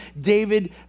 David